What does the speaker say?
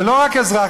ולא רק אזרח,